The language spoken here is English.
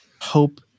hope